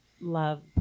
love